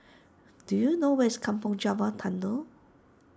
do you know where is Kampong Java Tunnel